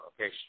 okay